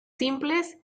simples